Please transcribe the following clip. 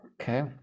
okay